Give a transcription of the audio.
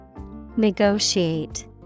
Negotiate